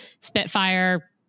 spitfire